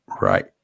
Right